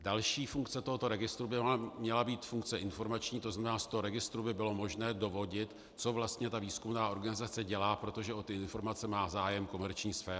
Další funkce tohoto registru by měla být funkce informační, to znamená, z toho registru by bylo možno dovodit, co vlastně výzkumná organizace dělá, protože o ty informace má zájem komerční sféra.